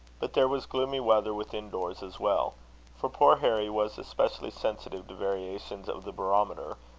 but there was gloomy weather within doors as well for poor harry was especially sensitive to variations of the barometer,